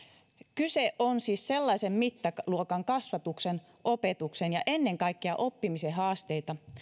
kyse on siis sellaisen mittaluokan kasvatuksen opetuksen ja ennen kaikkea oppimisen haasteista